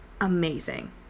amazing